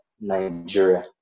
Nigeria